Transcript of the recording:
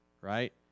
right